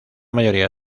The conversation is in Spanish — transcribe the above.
mayoría